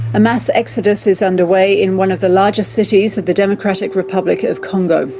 a mass exodus is underway in one of the largest cities of the democratic republic of congo.